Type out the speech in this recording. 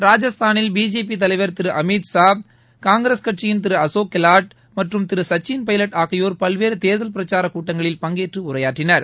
ராஜஸ்தானில் பிஜேபி தலைவர் திரு அமித்ஷா காங்கிரஸ் கட்சியின் திரு அசோக் கெலட் மற்றும் திரு சச்சின் எபலட் ஆகியோர் பல்வேறு தேர்தல் பிரச்சாரக் கூட்டங்களில் பங்கேற்று உரையாற்றினர்